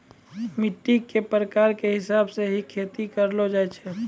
मिट्टी के प्रकार के हिसाब स हीं खेती करलो जाय छै